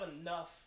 enough